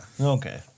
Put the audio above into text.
Okay